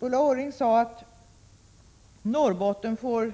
Ulla Orring sade att Norrbotten får